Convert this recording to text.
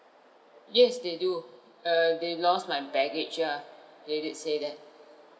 yes they do err they lost my baggage ah they did say that